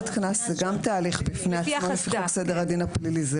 ברירת קנס זה גם תהליך בפני עצמו לפי חוק סדר הדין הפלילי.